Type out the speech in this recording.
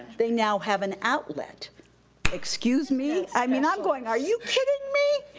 they now have an outlet excuse me? i mean, i'm going, are you kidding me?